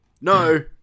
No